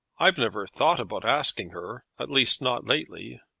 i've never thought about asking her at least not lately.